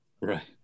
right